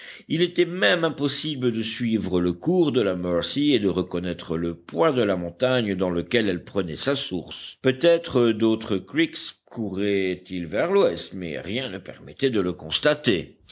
il était même impossible de suivre le cours de la mercy et de reconnaître le point de la montagne dans lequel elle prenait sa source peut-être d'autres creeks couraient ils vers l'ouest mais rien ne permettait de le constater